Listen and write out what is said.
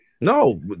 No